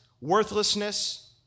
worthlessness